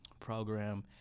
program